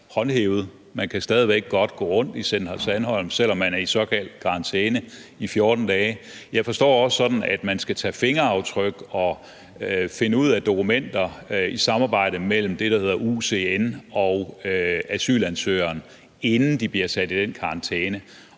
håndhævet. Man kan stadig væk godt gå rundt i Center Sandholm, selv om man er i såkaldt karantæne i 14 dage. Jeg forstår det også sådan, at der skal tages fingeraftryk og findes ud af dokumenter i samarbejde mellem det, der hedder UCN, og asylansøgerne, inden de bliver sat i den karantæne.